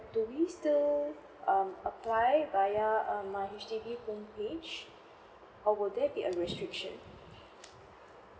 do we still um apply via um my H_D_B homepage or will there be a restriction